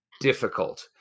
difficult